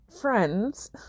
friends